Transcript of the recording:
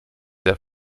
sehr